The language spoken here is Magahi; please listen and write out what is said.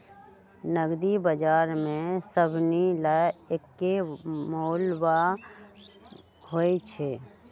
नगद बजार में सभनि ला एक्के मोलभाव होई छई